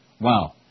Wow